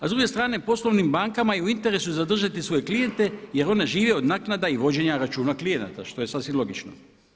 A s druge strane poslovnim bankama je u interesu zadržati svoje klijente jer one žive od naknada i vođenja računa klijenata, što je sasvim logično.